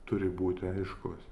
turi būti aiškus